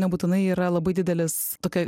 nebūtinai yra labai didelis tokia